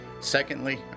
Secondly